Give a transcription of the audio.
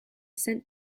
sent